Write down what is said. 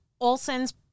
Olson's